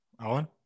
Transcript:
alan